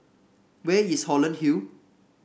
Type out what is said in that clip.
where is Holland Hill